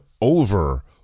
over